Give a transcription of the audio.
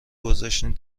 گذاشتین